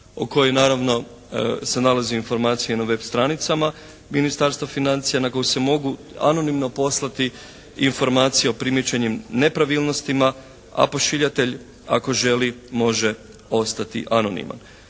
u kojem naravno se nalaze informacije na web. stranicama Ministarstva financija na koju se mogu anonimno poslati informacije o primijećenim nepravilnostima a pošiljatelj ako želi može ostati anoniman.